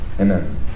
Amen